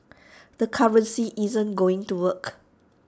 the currency isn't going to work